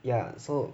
ya so